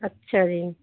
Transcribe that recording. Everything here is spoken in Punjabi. ਅੱਛਾ ਜੀ